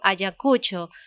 Ayacucho